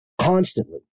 constantly